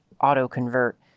auto-convert